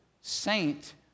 saint